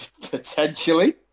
Potentially